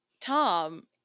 Tom